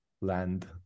land